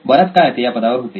बराच काळ ते या पदावर होते